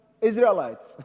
Israelites